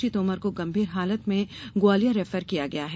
श्री तोमर को गंभीर हालत में ग्वालियर रैफर किया गया है